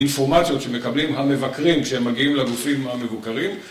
אינפורמציות שמקבלים המבקרים כשהם מגיעים לגופים המבוקרים